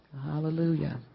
Hallelujah